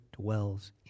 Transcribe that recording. dwells